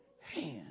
hand